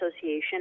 Association